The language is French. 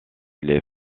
les